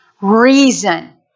reason